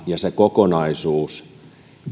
ja se kokonaisuus